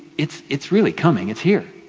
it's it's really coming, it's here.